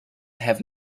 have